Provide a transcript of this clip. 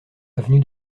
avenue